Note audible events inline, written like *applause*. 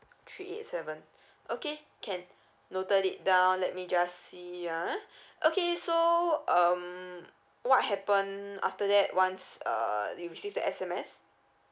three eight seven *breath* okay can noted it down let me just see ah *breath* okay so um what happened after that once err you receive the S_M_S